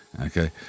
Okay